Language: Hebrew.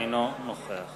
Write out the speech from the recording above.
אינו נוכח